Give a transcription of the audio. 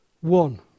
one